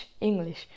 English